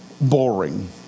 boring